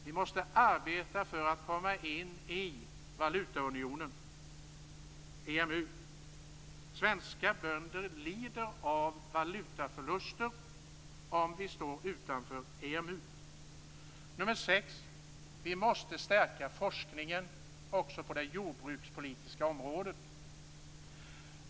Vi måste arbeta för att komma in i valutaunionen EMU. Svenska bönder lider av valutaförluster om vi står utanför EMU. 6. Vi måste stärka forskningen också på det jordbrukspolitiska området.